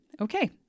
Okay